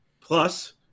Plus